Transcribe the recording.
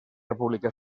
república